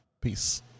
Peace